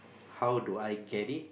how do I get it